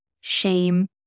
shame